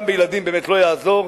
גם בילדים באמת לא יעזור,